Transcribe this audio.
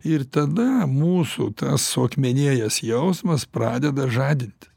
ir tada mūsų tas suakmenėjęs jausmas pradeda žadintis